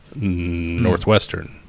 Northwestern